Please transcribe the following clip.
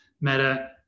meta